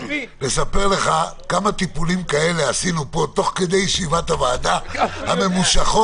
לספר לך כמה טיפולים עשינו פה תוך כדי ישיבות הוועדה הממושכות?